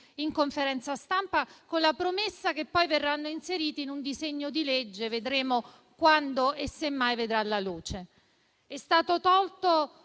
conferenza stampa, con la promessa che poi verranno inseriti in un disegno di legge, che vedremo quando e se mai vedrà la luce. È stato tolto